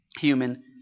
human